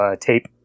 tape